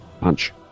punch